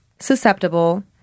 susceptible